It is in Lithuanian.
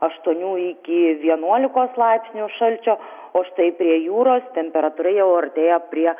aštuonių iki vienuolikos laipsnių šalčio o štai prie jūros temperatūra jau artėja prie